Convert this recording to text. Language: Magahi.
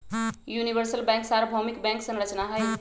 यूनिवर्सल बैंक सर्वभौमिक बैंक संरचना हई